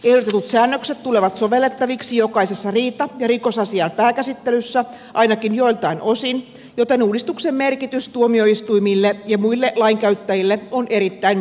ehdotetut säännökset tulevat sovellettaviksi jokaisessa riita ja rikosasian pääkäsittelyssä ainakin joiltain osin joten uudistuksen merkitys tuomioistuimille ja muille lainkäyttäjille on erittäin merkittävä